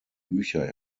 bücher